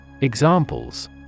Examples